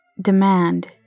Demand